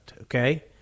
okay